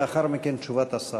לאחר מכן, תשובת השר.